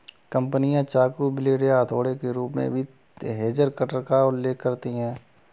कंपनियां चाकू, ब्लेड या हथौड़े के रूप में भी हेज कटर का उल्लेख करती हैं